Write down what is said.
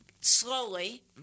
slowly